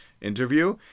interview